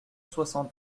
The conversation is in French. soixante